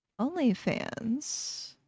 OnlyFans